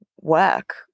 work